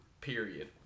period